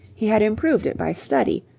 he had improved it by study,